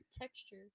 texture